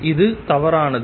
இது தவறானது